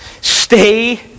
Stay